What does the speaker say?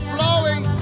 Flowing